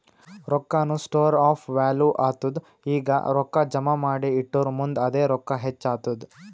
ರೊಕ್ಕಾನು store of value ಆತ್ತುದ್ ಈಗ ರೊಕ್ಕಾ ಜಮಾ ಮಾಡಿ ಇಟ್ಟುರ್ ಮುಂದ್ ಅದೇ ರೊಕ್ಕಾ ಹೆಚ್ಚ್ ಆತ್ತುದ್